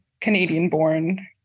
Canadian-born